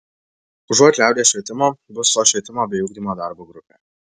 užuot liaudies švietimo bus to švietimo bei ugdymo darbo grupė